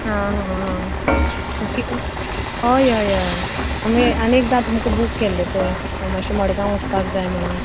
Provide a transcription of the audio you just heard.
आं आं आं कितें होय होय होय होय आमी आनी एकदां तुमकां बूक केल्लें पळय मात्शें मडगांव वचपाक जाय म्होणो